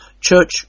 Church